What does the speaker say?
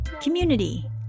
community